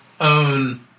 own